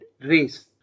race